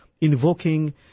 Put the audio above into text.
invoking